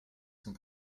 zum